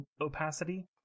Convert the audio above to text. opacity